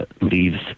leaves